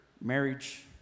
marriage